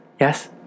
Yes